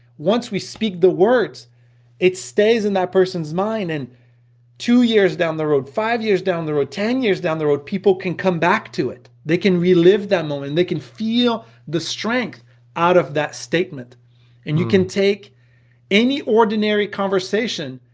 once we speak the words it stays in that person's mind and two years down the road, five years down the road, ten years down the road, people can come back to it. they can relive that moment, and they can feel the strength out of that statement and you can take any ordinary conversation,